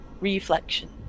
reflection